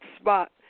spot